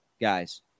guys